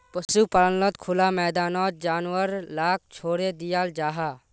पशुपाल्नोत खुला मैदानोत जानवर लाक छोड़े दियाल जाहा